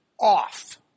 off